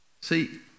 See